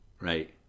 right